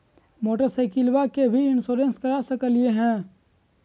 मोटरसाइकिलबा के भी इंसोरेंसबा करा सकलीय है?